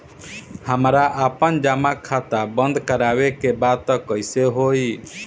हमरा आपन जमा खाता बंद करवावे के बा त कैसे होई?